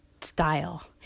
style